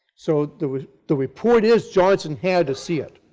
so the the report is johnson had to see it.